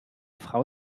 frau